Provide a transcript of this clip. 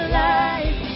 life